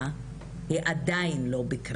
שהלכו להגיש תלונה במשטרה על איש שאיים עליהן בנשק בפארק